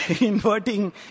inverting